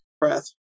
breath